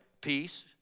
peace